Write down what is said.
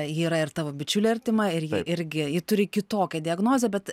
ji yra ir tavo bičiulė artima ir ji irgi ji turi kitokią diagnozę bet